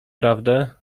prawdę